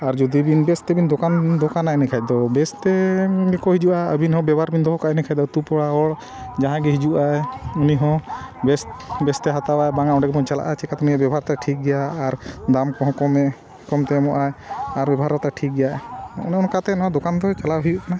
ᱟᱨ ᱡᱩᱫᱤ ᱵᱤᱱ ᱵᱮᱥ ᱛᱮᱵᱤᱱ ᱫᱚᱠᱟᱱ ᱫᱚᱠᱟᱱᱟ ᱮᱱ ᱠᱷᱟᱱ ᱫᱚ ᱵᱮᱥ ᱛᱮᱜᱮ ᱠᱚ ᱦᱤᱡᱩᱜᱼᱟ ᱟᱹᱵᱤᱱ ᱦᱚᱸ ᱵᱮᱵᱚᱦᱟᱨ ᱵᱤᱱ ᱫᱚᱦᱚ ᱠᱟᱜᱼᱟ ᱮᱱ ᱠᱷᱟᱱ ᱫᱚ ᱟᱛᱳ ᱯᱚᱲᱟ ᱦᱚᱲ ᱡᱟᱦᱟᱸᱭ ᱜᱮ ᱦᱤᱡᱩᱜ ᱟᱭ ᱩᱱᱤ ᱦᱚᱸ ᱵᱮᱥ ᱵᱮᱥᱛᱮ ᱦᱟᱛᱟᱣᱟᱭ ᱵᱟᱝᱟ ᱚᱸᱰᱮ ᱜᱮᱵᱚᱱ ᱪᱟᱞᱟᱜᱼᱟ ᱪᱮᱠᱟᱛᱮᱢ ᱵᱮᱵᱷᱟᱨ ᱛᱮ ᱴᱷᱤᱠ ᱜᱮᱭᱟ ᱟᱨ ᱫᱟᱢ ᱠᱚᱦᱚᱸ ᱠᱚᱢᱮ ᱠᱚᱢᱛᱮ ᱮᱢᱚᱜ ᱟᱭ ᱟᱨ ᱵᱮᱵᱷᱟᱨᱚᱛᱟ ᱴᱷᱤᱠ ᱜᱮᱭᱟ ᱚᱱᱮ ᱚᱱᱠᱟᱛᱮᱦᱚᱸ ᱫᱚᱠᱟᱱ ᱫᱚᱭ ᱪᱟᱞᱟᱣ ᱦᱩᱭᱩᱜ ᱠᱟᱱᱟ